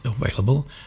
available